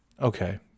Okay